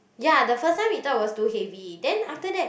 ya the first time we thought was too heavy then after that